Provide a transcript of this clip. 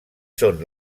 són